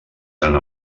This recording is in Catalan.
tant